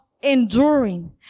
enduring